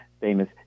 Famous